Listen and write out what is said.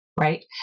right